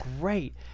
great